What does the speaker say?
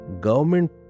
Government